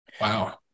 Wow